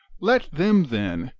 let them, then,